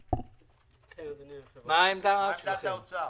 טלר חסון, מה העמדה שלכם?